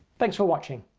thanks for watching.